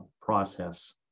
process